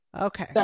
Okay